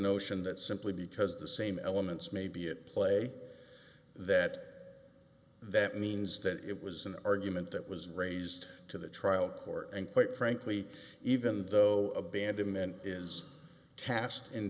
notion that simply because the same elements may be at play that that means that it was an argument that was raised to the trial court and quite frankly even though abandonment is cast in